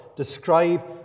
describe